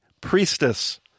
priestess